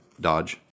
dodge